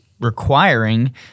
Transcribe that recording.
requiring